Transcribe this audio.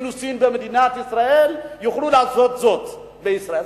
נישואים במדינת ישראל יוכלו לעשות זאת בישראל.